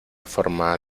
forma